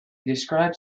describes